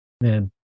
Man